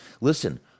listen